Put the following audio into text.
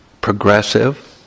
progressive